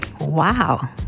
wow